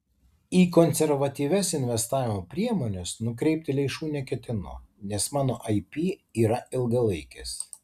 į konservatyvias investavimo priemones nukreipti lėšų neketinu nes mano ip yra ilgalaikis